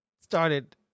started